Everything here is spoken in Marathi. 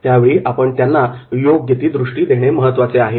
त्यावेळी आपण त्यांना योग्य ती दृष्टी देणे महत्त्वाचे आहे